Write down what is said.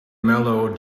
mellow